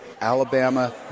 Alabama